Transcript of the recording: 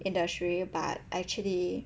industry but actually